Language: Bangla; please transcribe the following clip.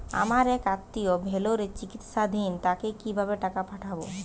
আমার এক আত্মীয় ভেলোরে চিকিৎসাধীন তাকে কি ভাবে টাকা পাঠাবো?